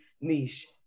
niche